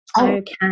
Okay